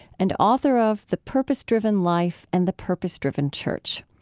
and author of the purpose driven life and the purpose driven church.